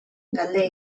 galde